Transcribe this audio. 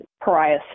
pariah